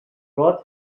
brought